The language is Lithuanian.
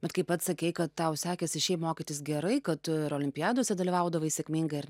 bet kaip pats sakei kad tau sekėsi šiaip mokytis gerai kad ir olimpiadose dalyvaudavai sėkmingai ar